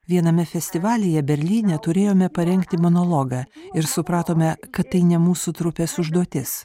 viename festivalyje berlyne turėjome parengti monologą ir supratome kad tai ne mūsų trupės užduotis